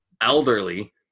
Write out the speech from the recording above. elderly